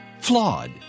flawed